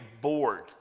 bored